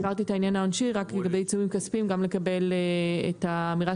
הבהרת את עניין העונשי רק לגבי עיצומים כספיים גם לקבל את האמירה